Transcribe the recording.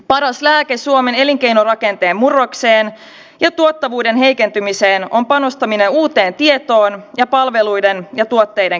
paras lääke suomen elinkeinorakenteen murrokseen ja tuottavuuden heikentymiseen on panostaminen uuteen tietoon ja palveluiden ja tuotteiden kehittämiseen